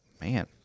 man